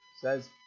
Says